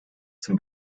zum